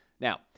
Now